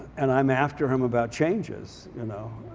and i'm after him about changes, you know.